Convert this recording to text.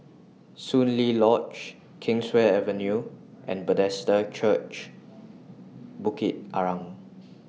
Soon Lee Lodge Kingswear Avenue and Bethesda Church Bukit Arang